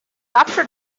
after